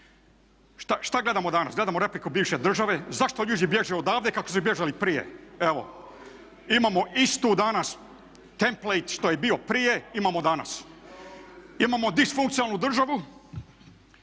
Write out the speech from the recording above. Šta gledamo danas? Gledamo repliku bivše države? Zašto ljudi bježe odavde kako su bježali i prije? Evo imamo istu danas tampled što je bio i prije imamo i danas. Imamo disfunkcionalnu državu.